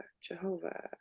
jehovah